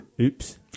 Oops